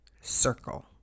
circle